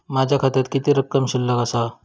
माझ्या खात्यात किती रक्कम शिल्लक आसा?